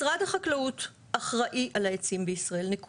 משרד החקלאות אחראי על העצים בישראל, נקודה.